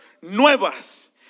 nuevas